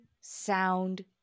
sound